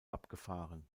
abgefahren